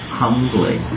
humbly